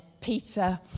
Peter